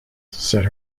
said